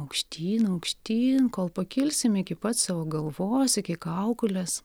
aukštyn aukštyn kol pakilsim iki pat savo galvos iki kaukolės